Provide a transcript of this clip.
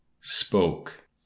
Spoke